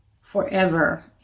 forever